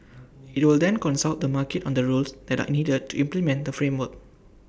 IT will then consult the market on the rules that are needed to implement the framework